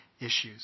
issues